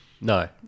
No